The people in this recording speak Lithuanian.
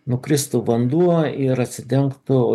nukristų vanduo ir atsidengtų